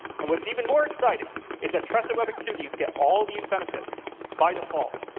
and what's even more exciting is a trusted web activities get all these benefits by default.